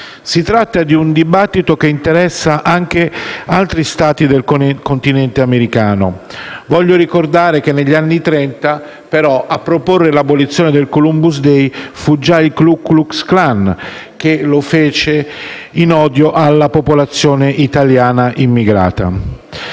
Si tratta di un dibattito che interessa anche altri Stati del Continente americano. Voglio però ricordare che, negli anni Trenta, a proporre l'abolizione del Columbus day fu il Ku klux klan, in odio alla popolazione italiana immigrata.